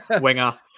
winger